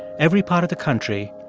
every part of the country,